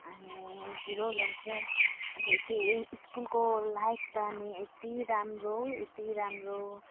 अनि जिरो ल्याउँथेँ अन्त त्यही स्कुलको लाइफ त अनि यति राम्रो यति राम्रो